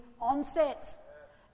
onset